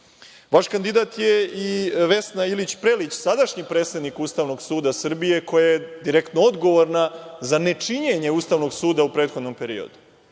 kandidat je i Vesna Ilić Prelić, sadašnji predstavnik Ustavnog suda Srbije koja je direktno odgovorna za nečinjenje Ustavnog suda u prethodnom periodu.